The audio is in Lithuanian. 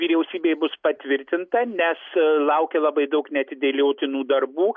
vyriausybė bus patvirtinta nes laukia labai daug neatidėliotinų darbų